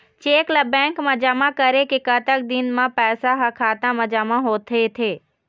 Cheque ला bank मा जमा करे के कतक दिन मा पैसा हा खाता मा जमा होथे थे?